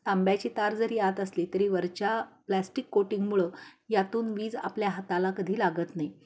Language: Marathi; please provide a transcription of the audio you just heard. तांब्याची तार जरी आत असली तरी वरच्या प्लॅस्टिक कोटिंगमुळं यातून वीज आपल्या हाताला कधी लागत नाही